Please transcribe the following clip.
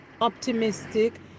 optimistic